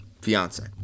fiance